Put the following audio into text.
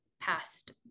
past